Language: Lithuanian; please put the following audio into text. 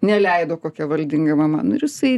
neleido kokia valdinga mama nu ir jisai